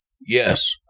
Yes